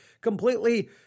completely